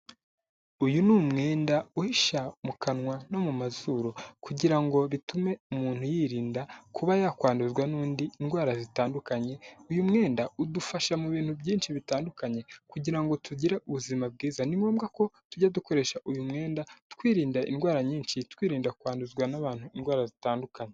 Uyu ni umwenda uhishyira mu kanwa no mu mazuru kugira ngo bitume umuntu yirinda kuba yakwanduzwa n'undi indwara zitandukanye. Uyu mwenda udufasha mu bintu byinshi bitandukanye kugira ngo tugire ubuzima bwiza, ni ngombwa ko tujya dukoresha uyu mwenda twirinda indwara nyinshi twirinda kwanduzwa n'abantu indwara zitandukanye.